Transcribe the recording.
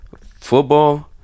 football